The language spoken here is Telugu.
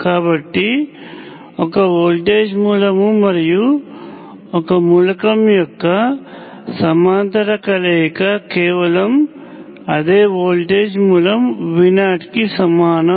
కాబట్టి ఒక వోల్టేజ్ మూలం మరియు ఒక మూలకం యొక్క సమాంతర కలయిక కేవలం అదే వోల్టేజ్ మూలం V0 కి సమానం